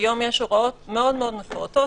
היום יש הוראות מאוד מאוד מפורטות,